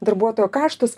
darbuotojo kaštus